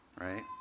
right